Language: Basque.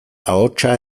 ahotsa